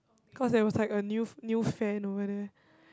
cause I was like a new new fan over there